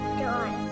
joy